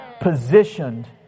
Positioned